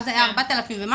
אז זה היה 4,000 ומשהו,